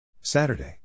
Saturday